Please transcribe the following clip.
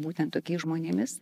būtent tokiais žmonėmis